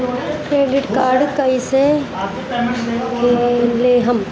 Credit card कईसे लेहम?